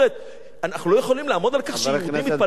אנחנו לא יכולים לעמוד על כך שיהודים יתפללו בהר-הבית?